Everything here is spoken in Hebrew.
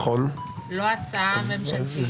לא הצעה ממשלתית,